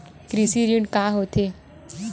कृषि ऋण का होथे?